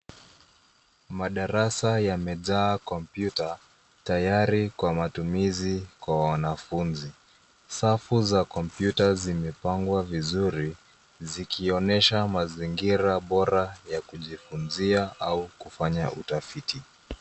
Madarasa yamejaa kompyuta, tayari kwa matumizi kwa wanafunzi. Safu za kompyuta zimepangwa vizuri zikionyesha mazingira bora ya kujifunzia au kufanya utafiti.